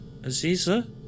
Aziza